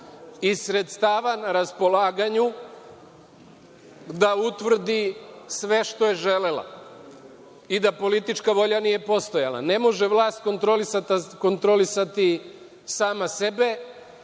i sredstava na raspolaganju, da utvrdi sve što je želela, i da politička volja nije postojala. Ne može vlast kontrolisati sama sebe